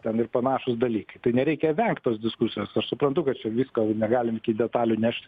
ten ir panašūs dalykai tai nereikia vengt tos diskusijos aš suprantu kad čia visko negalim iki detalių nešt